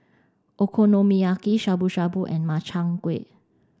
Okonomiyaki Shabu shabu and Makchang Gui